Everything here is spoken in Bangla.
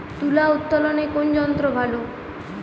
তুলা উত্তোলনে কোন যন্ত্র ভালো?